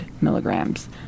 milligrams